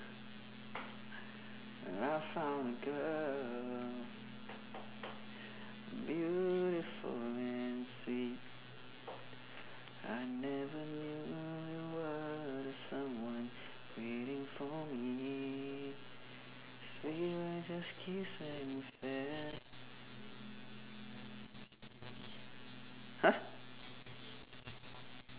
and I found a girl beautiful and sweet I never knew you were the someone waiting for me sweet I just kiss and fair !huh!